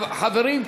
חברים,